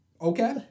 Okay